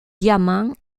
diamant